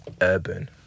urban